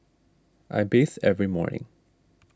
I bathe every morning